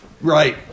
Right